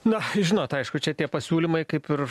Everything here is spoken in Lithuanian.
na žinot aišku čia tie pasiūlymai kaip ir